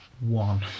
one